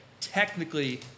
technically